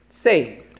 Saved